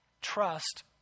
trust